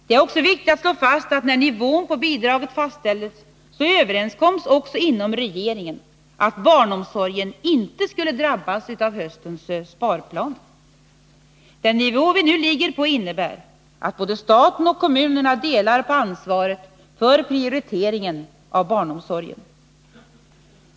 Det är också viktigt att slå fast att när nivån på bidraget fastställdes överenskoms också inom regeringen att barnomsorgen inte skulle drabbas av höstens sparplaner. Den nivå vi nu ligger på innebär att både staten och kommunerna delar på ansvaret för prioriteringen av barnomsorgen.